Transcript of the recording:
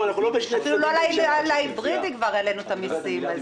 אפילו על ההיברדי כבר העלנו את המסים....